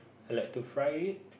I like to fry it